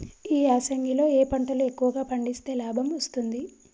ఈ యాసంగి లో ఏ పంటలు ఎక్కువగా పండిస్తే లాభం వస్తుంది?